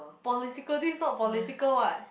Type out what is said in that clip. political this is not political [what]